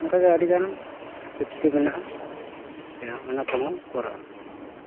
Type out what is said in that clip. ᱚᱱᱠᱟᱜᱮ ᱟᱹᱰᱤᱜᱟᱱ ᱥᱮᱯᱷᱴᱤ ᱢᱮᱱᱟᱜᱼᱟ ᱚᱱᱟ ᱠᱚᱦᱚᱸ ᱠᱚᱨᱟᱣᱼᱟ